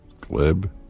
glib